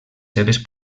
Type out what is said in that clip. seves